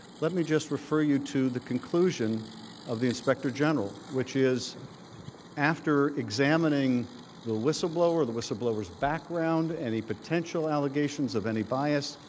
let me refer you to the conclusion of the inspector general. which is after examining the whistleblower, the whistleblower's background, any potential allegations of any bias,